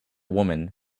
women